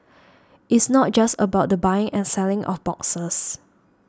it's not just about the buying and selling of boxes